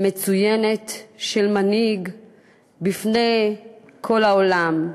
מצוינת של מנהיג בפני כל העולם.